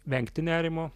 vengti nerimo